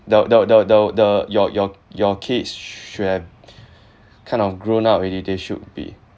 the the the the the your your your kids sh~ should have kind of grown up already they should be